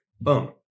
Boom